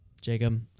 Jacob